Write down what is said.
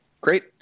Great